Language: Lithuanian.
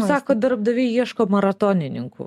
sako darbdaviai ieško maratonininkų